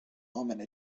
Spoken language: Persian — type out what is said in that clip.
امنه